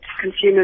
consumers